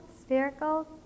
spherical